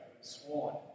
sworn